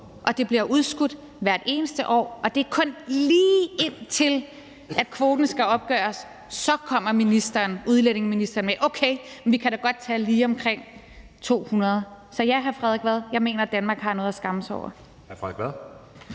og det bliver udskudt hvert eneste år; det er først, lige inden kvoten skal opgøres, at udlændingeministeren kommer med et: Okay, vi kan da godt tage lige omkring 200. Så ja, hr. Frederik Vad, jeg mener, at Danmark har noget at skamme sig over.